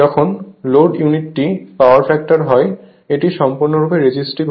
যখন load unity power factor হয় এটি সম্পূর্ণরূপে রেজিস্টিভ হয়